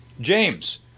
James